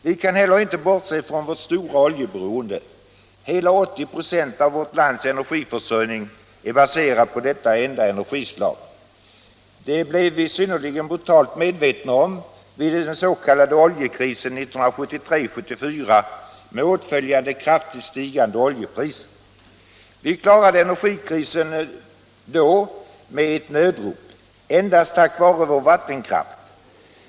Vi kan inte heller bortse från vårt stora oljeberoende. Hela 80 96 av vårt lands energiförsörjning är baserad på detta enda energislag. Det blev vi synnerligen brutalt medvetna om vid den s.k. oljekrisen 1973-1974 med åtföljande kraftigt stigande oljepriser. Vi klarade energikrisen då med ett nödrop, endast tack vare vår vattenkraft.